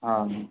हां